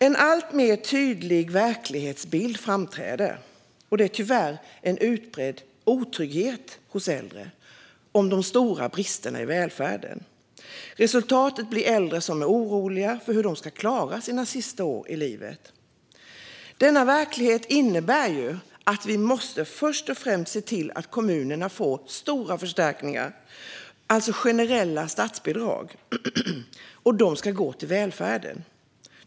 En allt tydligare verklighetsbild framträder, och den visar tyvärr en utbredd otrygghet hos äldre gällande de stora bristerna i välfärden. Resultatet blir äldre som är oroliga för hur de ska klara sina sista år i livet. Denna verklighet innebär att vi först och främst måste se till att kommunerna får stora förstärkningar, det vill säga generella statsbidrag, som ska gå till välfärden.